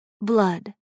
Blood